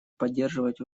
поддерживать